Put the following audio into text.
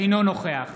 אינו נוכח